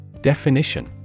Definition